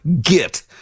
Get